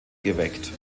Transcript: geweckt